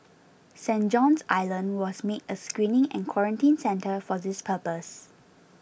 Saint John's Island was made a screening and quarantine centre for this purpose